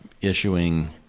issuing